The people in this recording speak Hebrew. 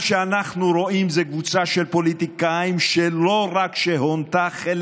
מה שאנחנו רואים זה קבוצה של פוליטיקאים שלא רק הונתה חלק